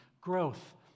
growth